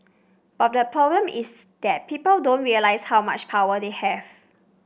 but the problem is that people don't realise how much power they have